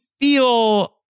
feel